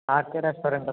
RK రెస్టారెంటా sir